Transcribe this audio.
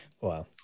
Wow